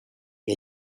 que